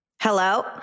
Hello